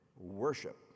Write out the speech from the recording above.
worship